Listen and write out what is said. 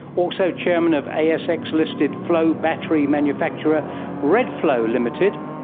also chairman of asx listed flow battery manufacturer redflow ltd,